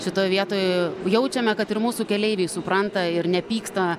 šitoj vietoj jaučiame kad ir mūsų keleiviai supranta ir nepyksta